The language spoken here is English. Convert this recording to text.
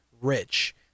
Rich